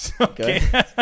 Okay